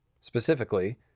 Specifically